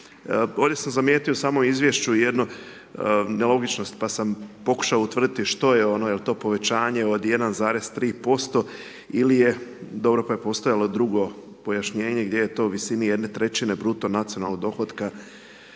Ovdje sam zamijetio samo u izvješću jedno nelogičnost, pa sam pokušao utvrditi što je ono, jel to povećanje od 1,3% ili je, dobro pa je postojalo drugo pojašnjenje, gdje je to u visini 1/3 bruto nacionalnog dohotka